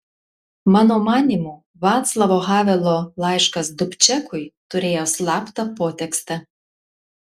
mano manymu vaclavo havelo laiškas dubčekui turėjo slaptą potekstę